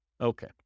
Okay